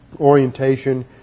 orientation